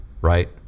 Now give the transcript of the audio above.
right